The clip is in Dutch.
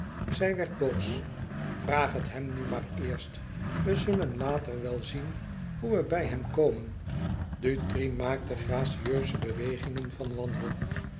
zij werd boos vraag het hem nu maar eerst we zullen later wel zien hoe we bij hem komen dutri maakte gracieuze bewegingen van wanhoop